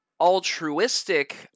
altruistic